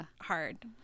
hard